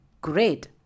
Great